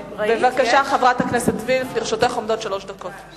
בבקשה, חברת הכנסת וילף, לרשותך עומדות שלוש דקות.